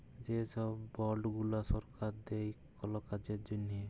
যে ছব বল্ড গুলা সরকার দেই কল কাজের জ্যনহে